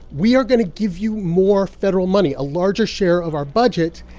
we are going to give you more federal money, a larger share of our budget,